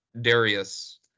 Darius